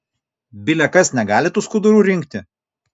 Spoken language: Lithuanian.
bile kas negali tų skudurų rinkti